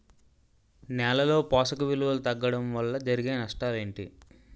నేలలో పోషక విలువలు తగ్గడం వల్ల జరిగే నష్టాలేంటి?